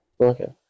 Okay